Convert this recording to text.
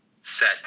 set